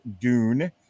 Dune